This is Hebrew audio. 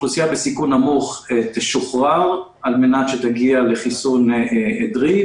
אוכלוסייה בסיכון נמוך תשוחרר על מנת שתגיע לחיסון עדרי.